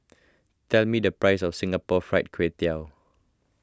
tell me the price of Singapore Fried Kway Tiao